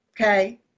Okay